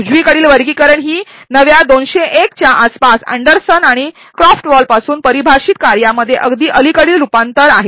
उजवीकडील वर्गीकरण ही नव्या २००१ च्या आसपास अँडरसन आणि क्राफ्ट वॉल पासून परिभाषित कार्यामध्ये अगदी अलीकडील रूपांतर आहे